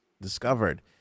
discovered